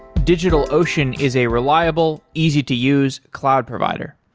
digitalocean is a reliable, easy to use cloud provider.